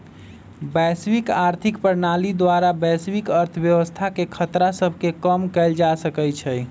वैश्विक आर्थिक प्रणाली द्वारा वैश्विक अर्थव्यवस्था के खतरा सभके कम कएल जा सकइ छइ